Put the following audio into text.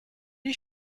you